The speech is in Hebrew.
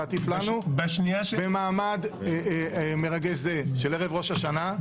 להטיף לנו במעמד מרגש זה של ערב ראש השנה.